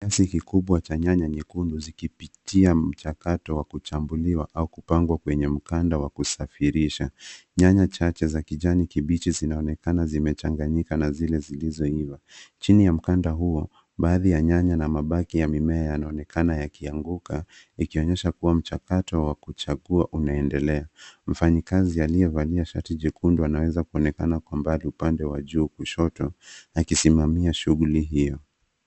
Kiasi kikubwa cha nyanya nyekundu zikipitia mchakato wa kuchambuliwa au kupangwa kwenye mkanda wa kusafirisha. Nyanya chache za kijani kibichi zinaoenekana zimechanganyika na zile zilizoiva. Chini ya mkanda huo baadhi ya nyanya na mabaki ya mimea yanaonekana yakianguka ikionyesha kuwa mchakato wa kuchagua unaendelea. Mfanyikazi aliyevalia shati jekundu anaeza kuonekana kwa mbali kwa upande wa juu kushoto. akisimamia shughuli hio.